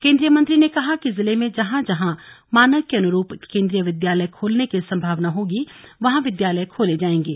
केंद्रीय मंत्री ने कहा कि जिले में जहां जहां मानक के अनुरूप केन्द्रीय विद्यालय खोलने के सम्भावना होगी वहां विद्यालय खोले जाएंगे